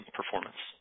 performance